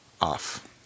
off